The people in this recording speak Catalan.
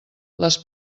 les